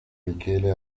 michele